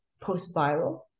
post-viral